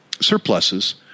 surpluses